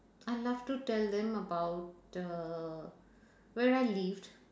I love to tell them about the where I lived